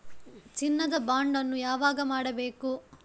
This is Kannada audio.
ಚಿನ್ನ ದ ಬಾಂಡ್ ಅನ್ನು ಯಾವಾಗ ಮಾಡಬೇಕು?